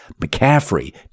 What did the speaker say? McCaffrey